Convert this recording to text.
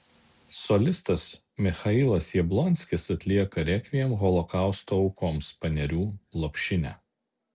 solistas michailas jablonskis atlieka rekviem holokausto aukoms panerių lopšinę